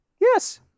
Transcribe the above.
Yes